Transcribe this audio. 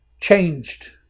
changed